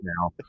now